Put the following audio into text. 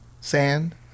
sand